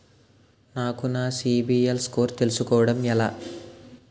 నాకు నా CIBIL score తెలుసుకోవడం ఎలా?